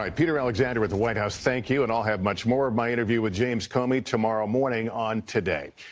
um peter alexander at the white house, thank you. and i'll have much more of my interview with james comey tomorrow morning on today.